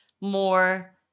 more